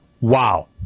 wow